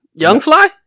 Youngfly